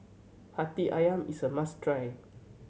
Hati Ayam is a must try